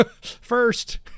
first